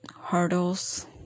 hurdles